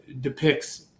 depicts